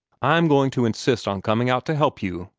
i'm going to insist on coming out to help you,